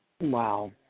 Wow